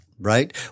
right